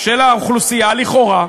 של האוכלוסייה, לכאורה,